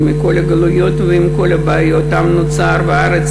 "ומכל הגלויות ועם כל הבעיות עם נוצר והארץ